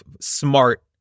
smart